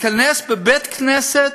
להיכנס לבית-כנסת